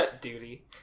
duty